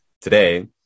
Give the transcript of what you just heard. today